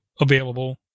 available